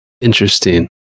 Interesting